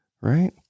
right